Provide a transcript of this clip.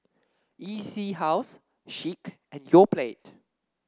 E C House Schick and Yoplait